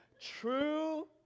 True